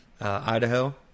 Idaho